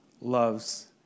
loves